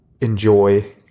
enjoy